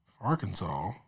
Arkansas